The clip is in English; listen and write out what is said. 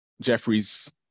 Jeffrey's